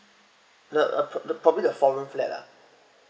uh uh probably the four room flat ah